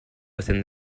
within